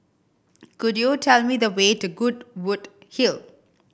could you tell me the way to Goodwood Hill